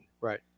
Right